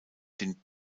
den